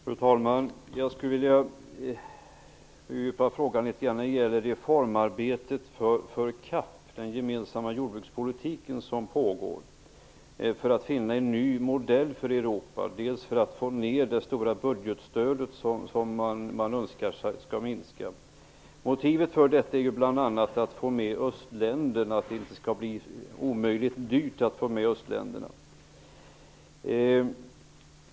Fru talman! Jag skulle vilja fördjupa frågan litet grand när det gäller reformarbetet för CAP, den gemensamma jordbrukspolitiken, som pågår för att finna en ny modell för Europa för att bl.a. få ner det stora budgetstödet som man önskar skall minska. Motivet för detta är bl.a. att få med Östländerna och att det inte skall bli omöjligt dyrt att få med dem.